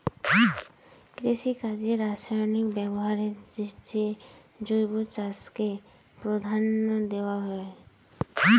কৃষিকাজে রাসায়নিক ব্যবহারের চেয়ে জৈব চাষকে প্রাধান্য দেওয়া হয়